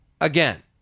again